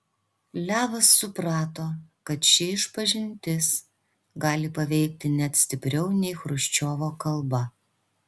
levas suprato kad ši išpažintis gali paveikti net stipriau nei chruščiovo kalba